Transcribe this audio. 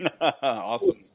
Awesome